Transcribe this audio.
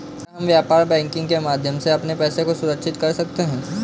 क्या हम व्यापार बैंकिंग के माध्यम से अपने पैसे को सुरक्षित कर सकते हैं?